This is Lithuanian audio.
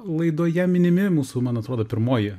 laidoje minimi mūsų man atrodo pirmoji